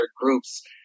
groups